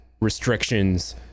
restrictions